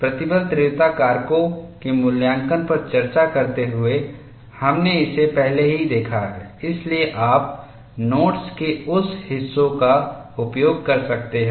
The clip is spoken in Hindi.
प्रतिबल तीव्रता कारकों के मूल्यांकन पर चर्चा करते हुए हमने इसे पहले ही देखा है इसलिए आप नोट्स के उस हिस्से का उपयोग कर सकते हैं